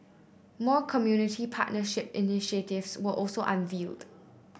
more community partnership initiatives were also unveiled